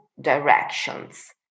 directions